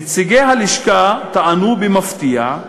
נציגי הלשכה טענו, במפתיע,